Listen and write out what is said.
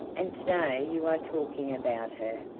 and to-day you are talking about her ah,